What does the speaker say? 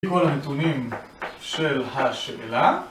כל הנתונים של השאלה.